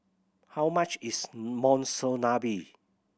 how much is Monsunabe